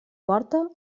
porta